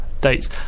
dates